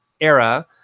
era